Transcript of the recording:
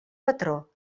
patró